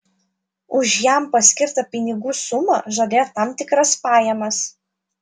už jam paskirtą pinigų sumą žadėjo tam tikras pajamas